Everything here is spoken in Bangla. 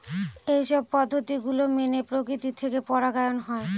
এইসব পদ্ধতি গুলো মেনে প্রকৃতি থেকে পরাগায়ন হয়